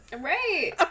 Right